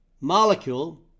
molecule